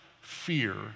fear